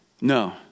No